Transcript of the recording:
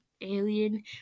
alien